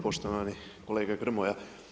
Poštovani kolega Grmoja.